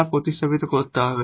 তা প্রতিস্থাপন করতে হবে